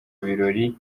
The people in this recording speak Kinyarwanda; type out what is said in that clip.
birori